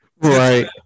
Right